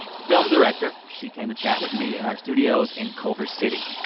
film director. she came to chat with me in our studios in culver city